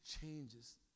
changes